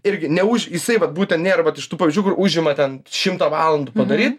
irgi neuž jisai vat būtent nėra vat iš tų pavyzdžių kur užima ten šimtą valandų padaryt